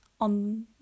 on